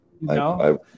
No